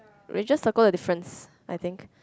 we just circle the difference I think